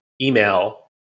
email